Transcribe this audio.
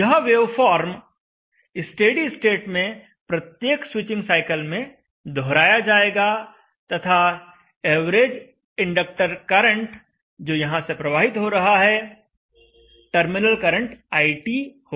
यह waveform steady state में प्रत्येक स्विचिंग साइकल में दोहराया जाएगा तथा एवरेज इंडक्टर करंट जो यहां से प्रवाहित हो रहा है टर्मिनल करंट IT होगा